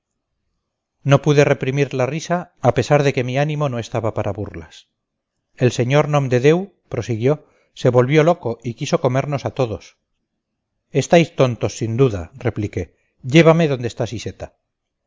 no pude reprimir la risa a pesar de que mi ánimo no estaba para burlas el sr nomdedeu prosiguió se volvió loco y quiso comernos a todos estáis tontos sin duda repliqué llévame donde está siseta